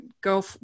go